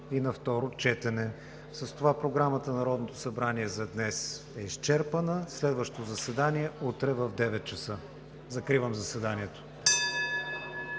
и на второ четене. С това Програмата на Народното събрание за днес е изчерпана. Следващо заседание – утре в 9,00 ч. Закривам заседанието